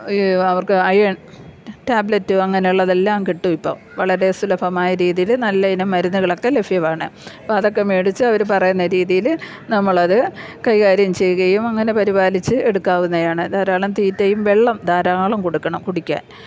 അവർക്ക് അയൺ ടാബ്ലറ്റും അങ്ങനെയുള്ളതെല്ലാം കിട്ടും ഇപ്പം വളരെ സുലഭമായ രീതിയിൽ നല്ലയിനം മരുന്നുകളൊക്കെ ലഭ്യമാണ് അപ്പം അതൊക്കെ മേടിച്ചു അവർ പറയുന്ന രീതിയിൽ നമ്മൾ അത് കൈകാര്യം ചെയ്യുകയും അങ്ങനെ പരിപാലിച്ചു എടുക്കാന്നതാണ് ധാരാളം തീറ്റയും വെള്ളം ധാരാളം കൊടുക്കണം കുടിക്കാൻ